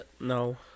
No